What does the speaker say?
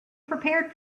prepared